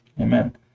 Amen